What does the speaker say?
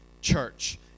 church